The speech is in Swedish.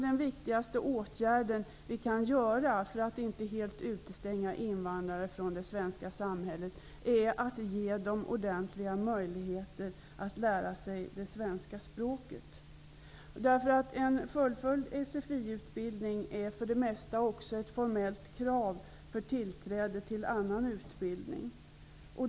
Den viktigaste åtgärd vi kan vidta för att inte helt utestänga invandrare från det svenska samhället är kanske att ge dem ordentliga möjligheter att lära sig det svenska språket. En fullföljd SFI-utbildning är för det mesta ett formellt krav för tillträde till annan utbildning.